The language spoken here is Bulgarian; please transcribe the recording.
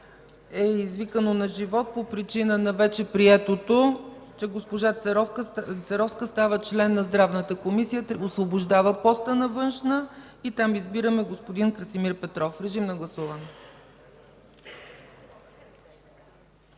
предизвикано по причина на вече приетото, тъй като госпожа Церовска става член на Здравната комисия – освобождава поста на Външна, и там избираме господин Красимир Петров. Режим на гласуване.